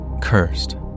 cursed